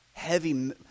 heavy